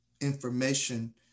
information